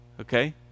okay